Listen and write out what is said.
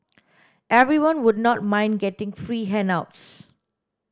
everyone would not mind getting free handouts